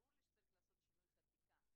ברור לי שצריך לעשות שינוי חקיקה,